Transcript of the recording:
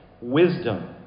wisdom